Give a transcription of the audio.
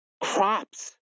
crops